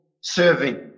serving